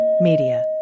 Media